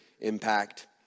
impact